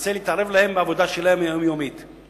ומנסה להתערב בעבודה היומיומית שלה.